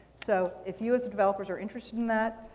so if you as developers are interested in that,